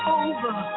over